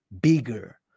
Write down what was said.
bigger